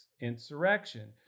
insurrection